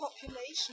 population